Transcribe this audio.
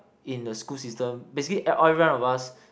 in a school system basically all everyone of us